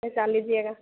कैसा लीजिएगा